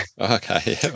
Okay